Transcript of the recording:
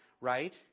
right